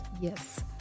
Yes